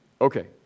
Okay